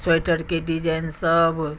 स्वेटरके design सब